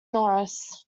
norris